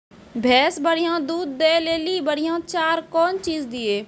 भैंस बढ़िया दूध दऽ ले ली बढ़िया चार कौन चीज दिए?